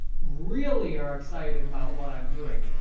really are excited about what i'm doing.